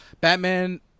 batman